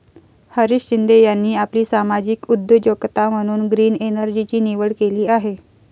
हरीश शिंदे यांनी आपली सामाजिक उद्योजकता म्हणून ग्रीन एनर्जीची निवड केली आहे